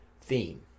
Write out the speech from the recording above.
theme